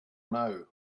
now